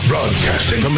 Broadcasting